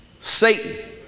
Satan